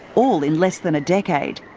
all in less than a decade.